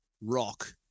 rock